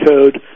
code